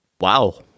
wow